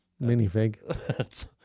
minifig